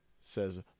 says